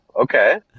okay